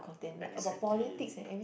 exactly